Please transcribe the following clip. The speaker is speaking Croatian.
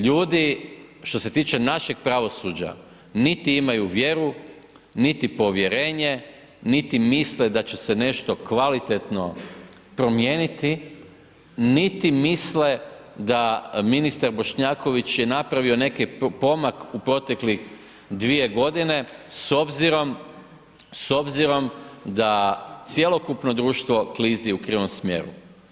Ljudi što se tiče našeg pravosuđa, niti imaju vjeru, niti povjerenje, niti misle da će se nešto kvalitetno promijeniti, niti misle da ministar Bošnjaković je napravio neki pomak, u proteklih 2 g. s obzirom da cjelokupno društvo klizi u krivom smjeru.